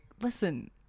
listen